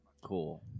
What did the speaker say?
cool